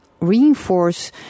reinforce